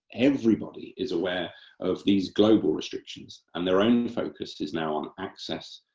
everybody is aware of these global restrictions, and their own focus is now on access,